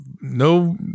no